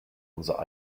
unserer